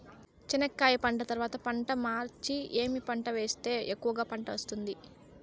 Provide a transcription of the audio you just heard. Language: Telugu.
చెనక్కాయ పంట తర్వాత పంట మార్చి ఏమి పంట వేస్తే ఎక్కువగా పంట వస్తుంది?